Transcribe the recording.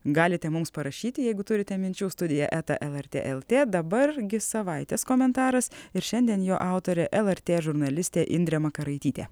galite mums parašyti jeigu turite minčių studija eta lrt lt dabar gi savaitės komentaras ir šiandien jo autorė lrt žurnalistė indrė makaraitytė